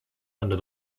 under